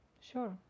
Sure